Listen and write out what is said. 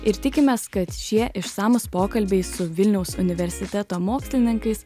ir tikimės kad šie išsamūs pokalbiai su vilniaus universiteto mokslininkais